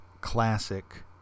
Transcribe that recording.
classic